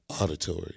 auditory